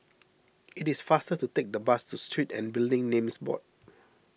it is faster to take the bus to Street and Building Names Board